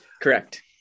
Correct